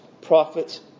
prophets